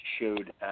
showed